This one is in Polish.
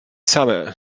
same